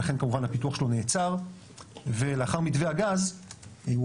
ולכן כמובן הפיתוח שלו נעצר ולאחר מתווה הגז הוא